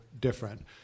different